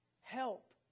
Help